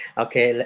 okay